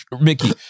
Mickey